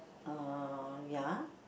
uh ya